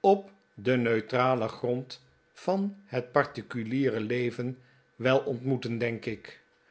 op den neutralen grond van het particuliere leven wel ontmoeten denk ik